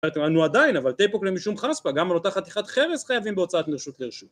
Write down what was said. אמרנו עדיין אבל תיפוק ליה משום חספא, גם על אותה חתיכת חרס חייבים בהוצאה מרשות לרשות